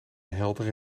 heldere